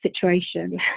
situation